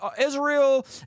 Israel